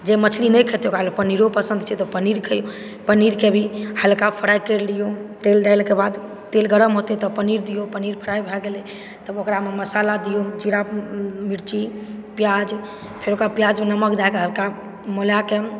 जे मछली नहि खेतै ओकरा लेल पनीरो पसन्द छै तऽ पनीर खइऔ पनीरके भी हल्का फ्राई करि लिऔ तेल डालिके बाद गरम होतै तऽ पनीर दिऔ पनीर फ्राइ भए गेलै तब ओकरामे मसाला दिऔ मिर्ची प्याज फेर ओकरा प्याजमे हल्का नमक दय कऽ मिलाके